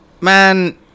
man